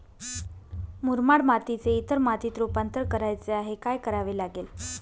मुरमाड मातीचे इतर मातीत रुपांतर करायचे आहे, काय करावे लागेल?